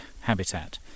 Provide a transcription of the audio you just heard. habitat